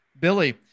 Billy